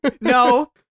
No